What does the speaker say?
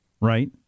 right